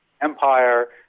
Empire